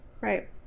right